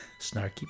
Snarky